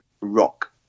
Rock